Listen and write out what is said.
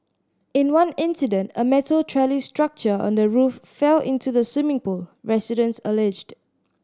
in one incident a metal trellis structure on the roof fell into the swimming pool residents alleged